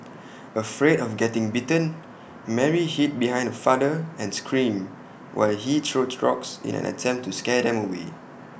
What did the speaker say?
afraid of getting bitten Mary hid behind her father and screamed while he threw rocks in an attempt to scare them away